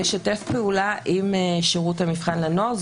הוא משתף פעולה עם שירות המבחן לנוער.